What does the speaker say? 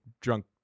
drunk